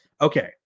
Okay